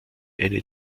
eine